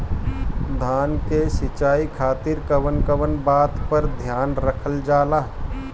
धान के सिंचाई खातिर कवन कवन बात पर ध्यान रखल जा ला?